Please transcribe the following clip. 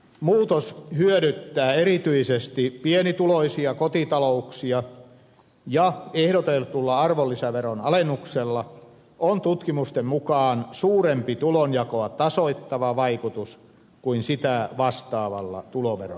muutos hyödyttää erityisesti pienituloisia kotitalouksia ja ehdotetulla arvonlisäveron alennuksella on tutkimusten mukaan suurempi tulonjakoa tasoittava vaikutus kuin sitä vastaavalla tuloveron alennuksella